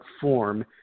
form